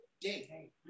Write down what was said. day